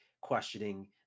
questioning